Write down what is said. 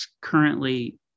currently